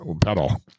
pedal